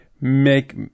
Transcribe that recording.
make